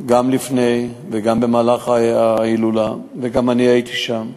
גם לפני וגם במהלך ההילולה, וגם אני הייתי שם.